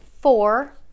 four